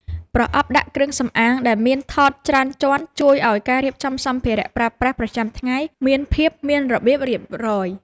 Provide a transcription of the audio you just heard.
ប្រអប់ដាក់គ្រឿងសម្អាងដែលមានថតច្រើនជាន់ជួយឱ្យការរៀបចំសម្ភារៈប្រើប្រាស់ប្រចាំថ្ងៃមានភាពមានរបៀបរៀបរយ។